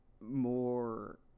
more